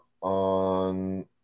on